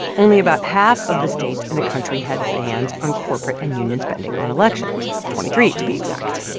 only about half of the states in the country had bans on corporate and union spending on elections twenty three to be exact